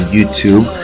YouTube